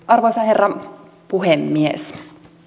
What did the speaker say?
arvoisa herra puhemies